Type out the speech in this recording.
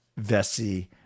Vessi